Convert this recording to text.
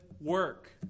work